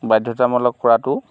বাধ্যতামূলক কৰাতো